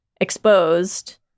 exposed